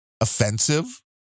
offensive